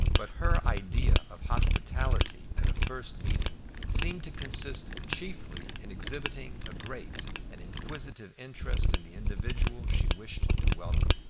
but her idea of hospitality at a first meeting seemed to consist chiefly in exhibiting a great and inquisitive interest in the individual she wished to welcome.